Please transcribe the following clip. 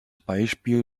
beispiel